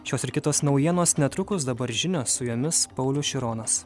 šios ir kitos naujienos netrukus dabar žinios su jumis paulius šironas